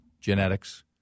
genetics